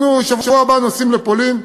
בשבוע הבא אנחנו נוסעים לפולין.